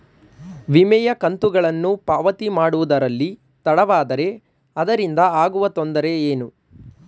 ವಿಮೆಯ ಕಂತುಗಳನ್ನು ಪಾವತಿ ಮಾಡುವುದರಲ್ಲಿ ತಡವಾದರೆ ಅದರಿಂದ ಆಗುವ ತೊಂದರೆ ಏನು?